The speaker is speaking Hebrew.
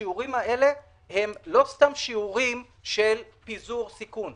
השיעורים האלה הם לא סתם שיעורים של פיזור סיכון,